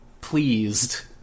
pleased